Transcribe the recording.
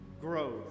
growth